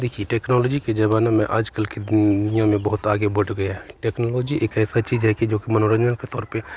देखिए टेक्नोलॉजी के ज़माने में आजकल की दुनिया में बहुत आगे बढ़ गई है टेक्नोलॉजी एक ऐसी चीज़ है कि जोकि मनोरन्जन के तौर पर